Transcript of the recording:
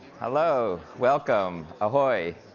hello, welcome, ahoy!